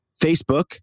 Facebook